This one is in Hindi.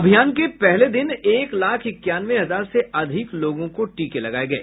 अभियान के पहले दिन एक लाख इक्यानवे हजार से अधिक लोगों को टीके लगाये गये